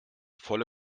volle